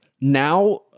now